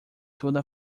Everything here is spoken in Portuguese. toda